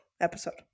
episode